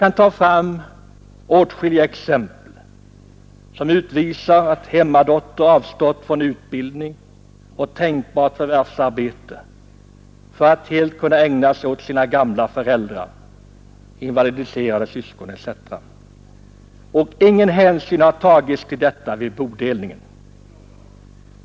Jag skulle kunna ta många exempel, som visar att hemmadottern har avstått från utbildning och tänkbart förvärvsarbete för att helt kunna ägna sig åt sina gamla föräldrar eller invalidiserade syskon, och där ingen hänsyn har tagits till detta vid bodelningen.